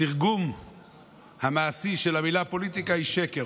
התרגום המעשי של המילה פוליטיקה הוא שקר.